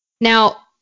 Now